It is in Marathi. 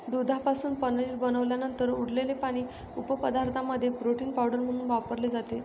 दुधापासून पनीर बनवल्यानंतर उरलेले पाणी उपपदार्थांमध्ये प्रोटीन पावडर म्हणून वापरले जाते